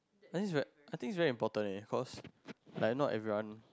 I think is like I think is very important leh cause like not everyone